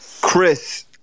Chris